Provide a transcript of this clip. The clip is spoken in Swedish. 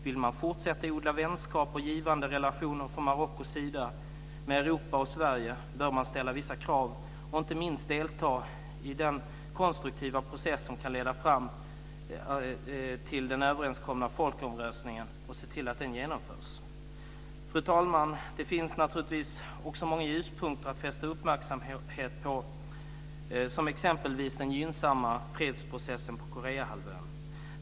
Vill man fortsätta att odla vänskap och givande relationer från Marockos sida med Europa och Sverige bör vissa krav kunna ställas, och inte minst ska man delta i den konstruktiva process som kan leda fram till att den överenskomna folkomröstningen genomförs. Fru talman! Det finns naturligtvis också många ljuspunkter att fästa uppmärksamhet på, t.ex. den gynnsamma fredsprocessen på Koreahalvön.